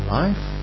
life